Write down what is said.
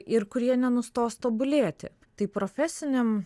ir kurie nenustos tobulėti tai profesiniam